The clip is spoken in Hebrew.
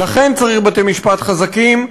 לכן צריך בתי-משפט חזקים,